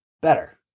better